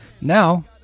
Now